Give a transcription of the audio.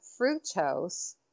fructose